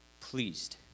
pleased